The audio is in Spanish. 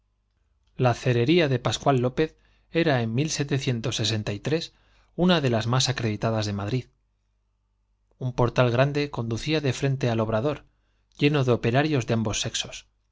la cerería de pascual lópez era en una de las más acreditadas de madrid un portal grande condu cía de frente al obrador lleno de operarios de ambos sexos